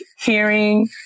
hearing